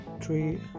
three